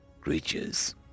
creatures